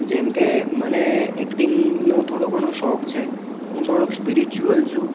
જેમકે મને એક્ટિંગનો થોડો ઘણો શોખ છે હું થોડોક સ્પિરિચ્યુઅલ છું